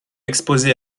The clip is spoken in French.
exposé